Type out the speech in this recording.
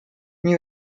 new